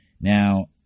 Now